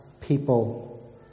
people